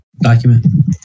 document